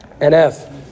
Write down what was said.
NF